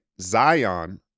Zion